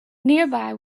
nearby